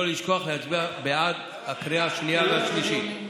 לא לשכוח להצביע בעד בקריאה השנייה והשלישית.